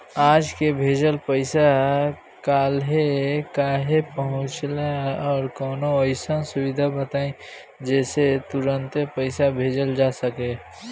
आज के भेजल पैसा कालहे काहे पहुचेला और कौनों अइसन सुविधा बताई जेसे तुरंते पैसा भेजल जा सके?